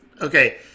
Okay